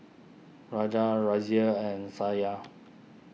Raja Razia and Satya